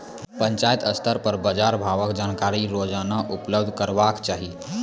पंचायत स्तर पर बाजार भावक जानकारी रोजाना उपलब्ध करैवाक चाही?